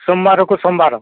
ସୋମବାରକୁ ସୋମବାର